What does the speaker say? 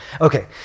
Okay